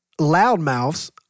Loudmouths